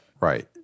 right